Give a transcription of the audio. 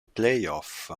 playoff